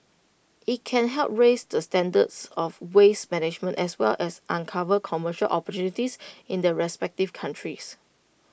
IT can help raise the standards of waste management as well as uncover commercial opportunities in the respective countries